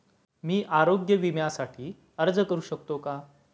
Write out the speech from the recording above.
मी आरोग्य विम्यासाठी अर्ज करू शकतो का?